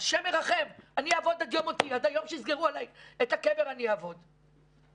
כשאומרים לנו לסגור את העסק ואז לפתוח אותו שוב,